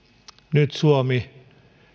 nyt suomi